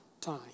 time